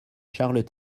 charles